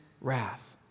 wrath